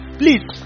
please